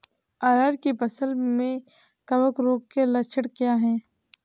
अरहर की फसल में कवक रोग के लक्षण क्या है?